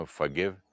forgive